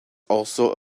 also